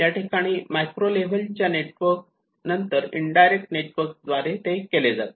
या ठिकाणी micro level च्या नेटवर्क नंतर इनडायरेक्ट नेटवर्क द्वारे ते जाते